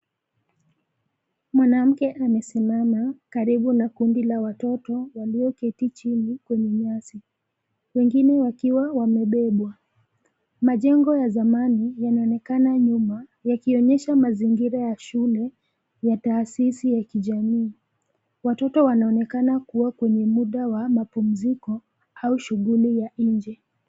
Mwanamke amesimama karibu na kundi la watoto walioketi chini kwenye nyasi, wengine wakiwa wamebebwa. Majengo ya zamani yanaonekana nyuma, yakionyesha mazingira ya shule ya taasisi ya kijamii. Watoto wanaonekana kuwa kwenye mdaa wa mapumziko, au shughuli ya nje.